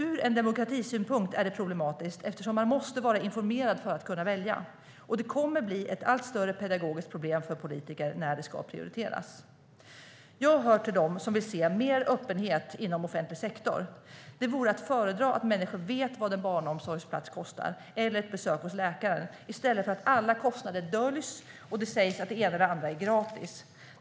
Ur en demokratisynpunkt är det problematiskt eftersom man måste vara informerad för att kunna välja. Det kommer att bli ett allt större pedagogiskt problem för politiker när det ska prioriteras. Jag hör till dem som vill se mer öppenhet inom offentlig sektor. Det vore att föredra att människor vet vad en barnomsorgsplats eller ett besök hos läkaren kostar i stället för att alla kostnader döljs och det sägs att det ena eller andra är gratis.